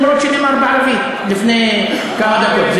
אפילו שהוא נאמר בערבית לפני כמה דקות.